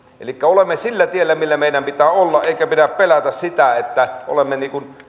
elikkä olemme sillä tiellä millä meidän pitää olla eikä pidä pelätä sitä että olemme